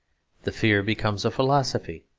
the fear becomes a philosophy.